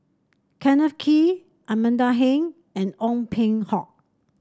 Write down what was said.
Kenneth Kee Amanda Heng and Ong Peng Hock